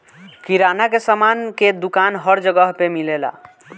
किराना के सामान के दुकान हर जगह पे मिलेला